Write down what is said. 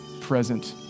present